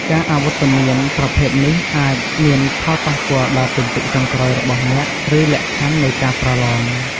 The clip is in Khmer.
ការអវត្តមានប្រភេទនេះអាចមានផលប៉ះពាល់ដល់ពិន្ទុចុងក្រោយរបស់អ្នក ឬលក្ខខណ្ឌនៃការប្រឡង។